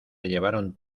llevaron